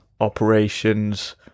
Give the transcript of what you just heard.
operations